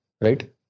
right